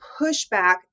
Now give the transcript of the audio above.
pushback